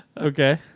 Okay